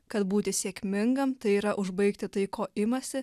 kad būti sėkmingam tai yra užbaigti tai ko imasi